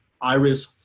iris